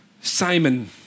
Simon